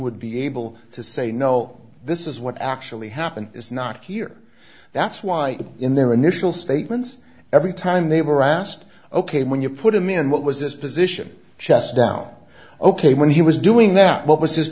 would be able to say no this is what actually happened is not here that's why in their initial statements every time they were asked ok when you put him in what was this position chest down ok when he was doing that what was his